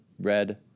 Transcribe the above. red